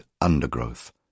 undergrowth